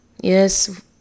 Yes